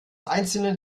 einzelne